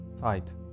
fight